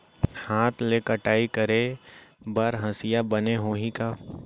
हाथ ले कटाई करे बर हसिया बने होही का?